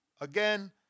Again